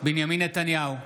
בנימין נתניהו,